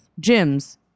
gyms